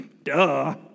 Duh